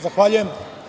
Zahvaljujem.